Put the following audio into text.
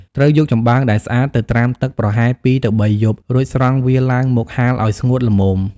ត្រូវយកចំបើងដែលស្អាតទៅត្រាំទឹកប្រហែល ២ ទៅ ៣ យប់ រួចស្រង់វាឡើងមកហាលឲ្យស្ងួតល្មម។